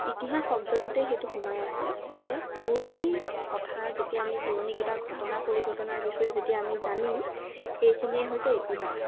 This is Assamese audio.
ইতিহাস শব্দটোতেই সেইটো সোমাই আছে যে পুৰণি কথা যেতিয়া আমি পুৰণি কিবা ঘটনা পৰিঘটনাৰ বিষয়ে যেতিয়া আমি জানিম সেইখিনিয়ে হৈছে ইতিহাস